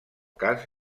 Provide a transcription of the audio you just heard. cas